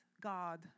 God